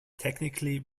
technically